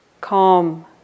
calm